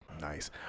Nice